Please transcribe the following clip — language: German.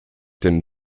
den